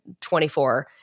24